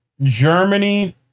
Germany